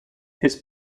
his